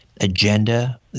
agenda